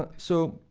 ah so.